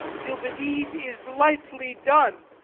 till the deed is lightly done.